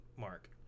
mark